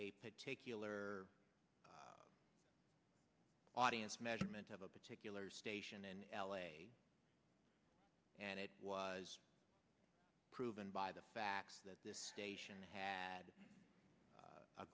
a particular audience measurement of a particular station in l a and it was proven by the fact that this station had